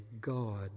God